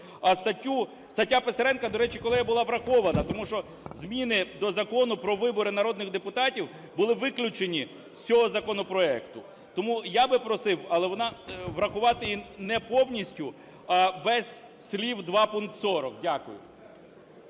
А стаття Писаренка, до речі, колеги, була врахована, тому що зміни до Закону про вибори народних депутатів були виключені з цього законопроекту. Тому я би просив врахувати її не повністю, а без слів "2 пункт 40". Дякую.